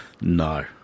No